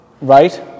Right